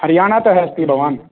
हरियाणातः अस्ति भवान्